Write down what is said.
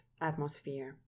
atmosphere